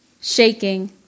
Shaking